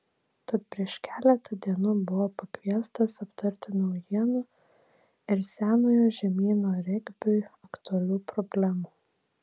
tad prieš keletą dienų buvo pakviestas aptarti naujienų ir senojo žemyno regbiui aktualių problemų